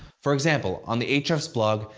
for example, on the ahrefs blog,